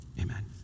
Amen